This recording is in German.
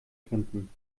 kämpfen